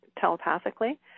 telepathically